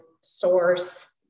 source